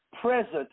present